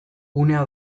gunea